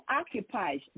occupies